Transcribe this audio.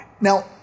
Now